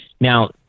Now